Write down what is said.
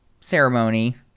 ceremony